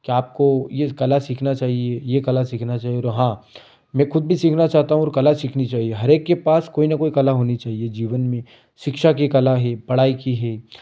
क्या आपको ये कला सीखना चाहिए ये कला सीखना चाहिए और हाँ मैं खुद भी सीखना चाहता हूँ और कला सीखनी चाहिए हरेक के पास कोई ना कोई कला होनी चाहिए जीवन में शिक्षा की कला है पढाई की है